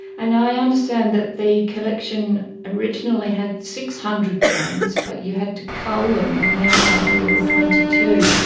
and i understand that the collection originally had six hundred brains, but you had to cull them and now have one hundred and twenty two.